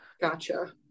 Gotcha